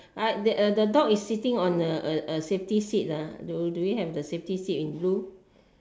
ah uh the dog is sitting on a a safety seat uh do we have the safety seat in blue